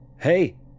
Hey